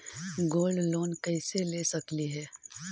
Gold loan कैसे ले सकली हे?